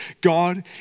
God